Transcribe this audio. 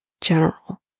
general